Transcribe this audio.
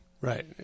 Right